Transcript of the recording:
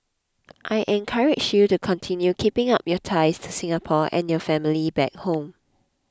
I encourage you to continue keeping up your ties to Singapore and your family back home